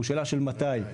הוא שאלה של מתי?